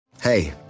Hey